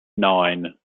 nine